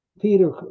Peter